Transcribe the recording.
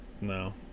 No